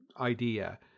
idea